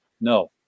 no